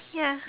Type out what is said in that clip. ya